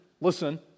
listen